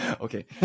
Okay